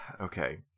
okay